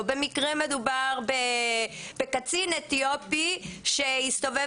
או במקרה מדובר בקצין אתיופי שהסתובב